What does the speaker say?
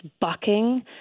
bucking